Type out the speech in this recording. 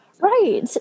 Right